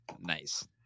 Nice